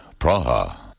Praha